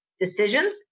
decisions